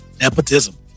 Nepotism